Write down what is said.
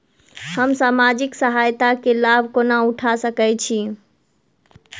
हम सामाजिक सहायता केँ लाभ कोना उठा सकै छी?